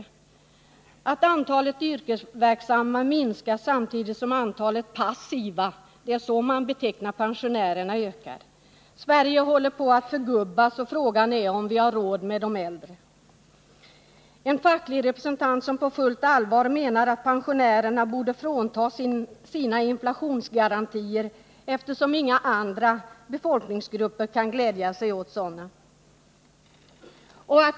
Det framhålls att antalet yrkesverksamma minskar samtidigt som antalet passiva — det är så man betecknar pensionärerna — ökar. Man pekar vidare på att Sverige håller på att förgubbas, och frågan är om vi har råd med de äldre. En facklig representant menar på fullt allvar att pensionärerna borde fråntas sina inflationsgarantier, eftersom ingen annan befolkningsgrupp kan glädja sig åt sådana.